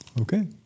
Okay